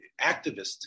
activist